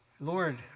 Lord